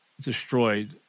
destroyed